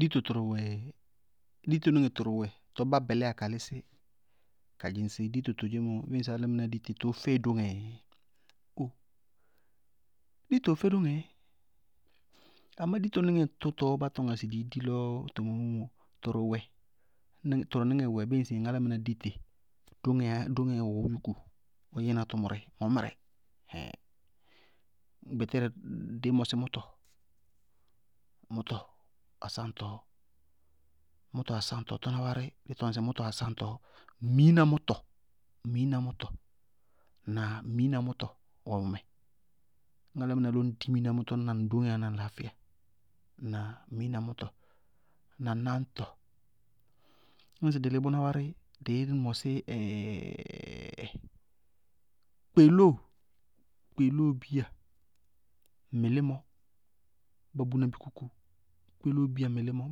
Dito tʋrʋ wɛ, ditonɩŋɛ lʋŋñ do tʋrʋ wɛ tɔɔ bá bɛlíya ka lísí, ka dzɩŋ sɩ ŋ díto tɔɔ dzɩŋ mɔ ŋsɩ álámɩná dí tɩ tɔɔ fɛnɩ dóŋɛɛ? O! Dito fɛ dóŋɛɛ. Amá ditonɩŋɛ tɔɔ-tɔɔ bá tɔñŋa sɩ dí ti lɔɔ tɔɔ mʋmʋ tʋrʋwɛ, ŋ tʋrʋnɩŋɛ wɛ bíɩ ŋsɩ álámɩná dí tɩ, dóŋɛɛ ya dóŋɛɛ ɔɔ yúku, ɔ yɛná tʋmʋrɛ, ŋɔmírɛ, ɛŋŋhɛɛ! Gbɛtɛrɛ dɩ mɔsɩ mʋtɔ, mʋtɔ asáŋtɔɔ, mʋtɔ asáŋtɔɔ to ñna wárɩ, mʋtɔ asáŋtɔɔ, miiná mʋtɔ, miiná mʋtɔ, ñna miiná mʋtɔ wɛ bʋmɛ. Ñŋ álámɩná lɔ ŋñ di miiná mʋtɔ, ñna ŋ dóŋɛɛyá na ŋŋlaafíyaá. Ŋná miiná mʋtɔ na náŋtɔ. Ñŋsɩ dɩ lí bʋná wárɩ, telóo mɔsɩ, kpelóo-kpelóobiya mɩlímɔ bá buná bɩ kókó, kpelóobiya mɩlímɔ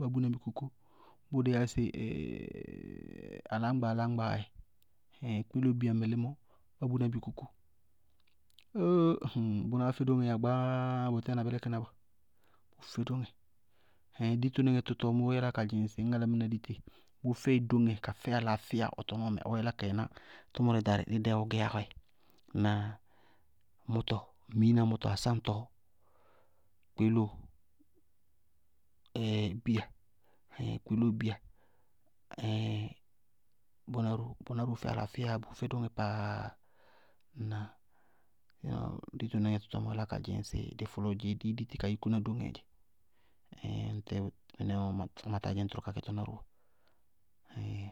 bá buná bɩ kókó, bʋʋ dɩí yá sɩ aláŋgba aláŋgbaá ɛ. ɩíɩŋ kpelóobiya mɩlímɔ bá buná bɩ kókó, ééé bʋnáá fɛ dóŋɛɛyá pááá, bʋʋ fɛ dóŋɛ. ɩíɩŋ ditonɩŋɛ tʋtɔɔ mʋʋ yáláa ka dzɩŋsɩ ñŋ álámɩná di tɩ bʋʋ fɛ ɩ dóŋɛ ka fɛɩ alaafɩya tɔnɔɔmɛ ɔ yálá ɔ yɛná tʋmʋrɛ darɩ dí dɛɛ ɔɔ gɛyá wɛ. Ŋnáa? Mʋtɔ, miiná mʋtɔ asáŋtɔɔ, kpelóo ɩíɩŋ kpelóobiya, ɩíɩŋ bʋná ró, bʋná ró bʋʋ fɛ alaafíya, bʋʋ fɛ dóŋɛ pááá. Ŋnáa? Ditonɩŋɛ tɔɔ má báásɩya ka dzɩŋ sɩ dɩ fɔlɔɔ dzeé dɩí dí tɩ ka yúkúna dóŋɛɛ dzɛ. ɩíɩŋ ñŋ bʋtɛɛ mɩnɛ ɔɔ, matá dzɩŋ tʋrʋ kakɩ tʋná ró bɔɔ ɩíɩŋ.